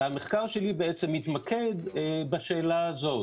המחקר שלי בעצם מתמקד בשאלה הזאת.